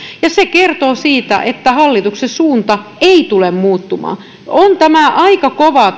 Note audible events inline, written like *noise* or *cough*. ja se kertoo siitä että hallituksen suunta ei tule muuttumaan on tämä aika kovaa *unintelligible*